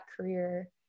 career